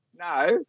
no